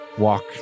Walk